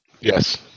Yes